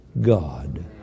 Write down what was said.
God